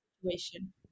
situation